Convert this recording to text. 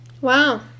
wow